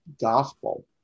gospel